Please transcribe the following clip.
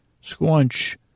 squinch